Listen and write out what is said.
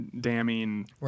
damning